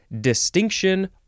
distinction